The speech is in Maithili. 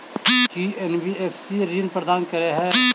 की एन.बी.एफ.सी ऋण प्रदान करे है?